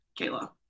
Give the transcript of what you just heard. Kayla